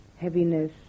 heaviness